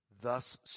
Thus